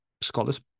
scholars